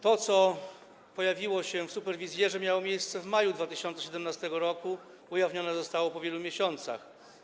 To, co pojawiło się w „Superwizjerze”, miało miejsce w maju 2017 r., a ujawnione zostało po wielu miesiącach.